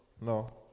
No